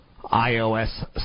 iOS